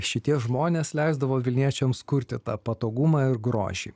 šitie žmonės leisdavo vilniečiams kurti tą patogumą ir grožį